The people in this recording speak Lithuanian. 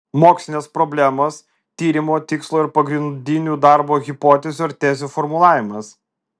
mokslinės problemos tyrimo tikslo ir pagrindinių darbo hipotezių ar tezių formulavimas